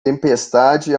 tempestade